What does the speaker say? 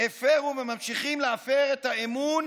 הפרו וממשיכים להפר את האמון